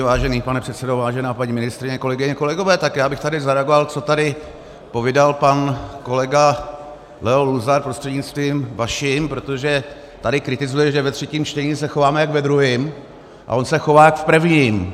Vážený pane předsedo, vážená paní ministryně, kolegyně, kolegové, já bych tady zareagoval, co tady povídal pan kolega Leo Luzar, prostřednictvím vaším, protože tady kritizuje, že ve třetím čtení se chováme jako ve druhém, a on se chová jako v prvním.